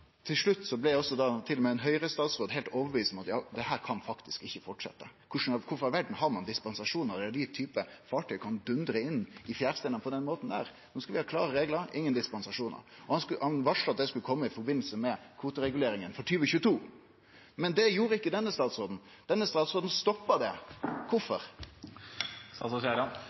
ein Høgre-statsråd heilt overtydd om at dette ikkje kan fortsetje. Kvifor i all verda har ein dispensasjon når ein slik type fartøy kan dundre inn i fjæresteinane på denne måten? No skulle vi ha klare reglar og ingen dispensasjonar. Ingebrigtsen varsla at det skulle kome i samband med kvotereguleringa for 2022, men det gjorde ikkje denne statsråden. Denne statsråden stoppa det.